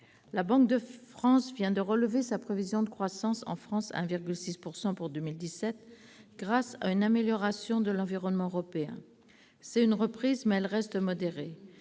La Banque de France vient de relever sa prévision de croissance pour la France à 1,6 % en 2017, en raison d'une amélioration de l'environnement européen. C'est une reprise, mais elle reste modérée.